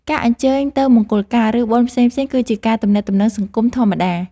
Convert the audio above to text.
ការអញ្ជើញគ្នាទៅមង្គលការ ឬបុណ្យផ្សេងៗគឺជាការទំនាក់ទំនងសង្គមធម្មតា។